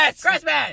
Christmas